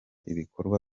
ibikorwa